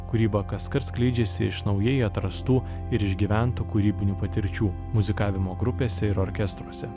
kūryba kaskart skleidžiasi iš naujai atrastų ir išgyventų kūrybinių patirčių muzikavimo grupėse ir orkestruose